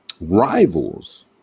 Rivals